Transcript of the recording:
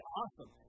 awesome